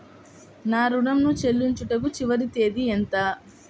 నా ఋణం ను చెల్లించుటకు చివరి తేదీ ఎంత?